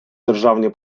державні